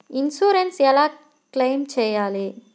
Insurance ఎలా claim చేయాలి?